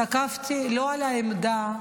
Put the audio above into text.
תקפתי לא על העמדה,